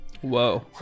Whoa